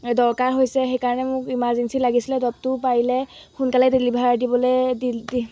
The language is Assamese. দৰকাৰ হৈছে সেইকাৰণে মোক ইমাৰজেঞ্চি লাগিছিলে দৰৱটো পাৰিলে সোনকালে ডেলিভাৰ দিবলৈ দিলে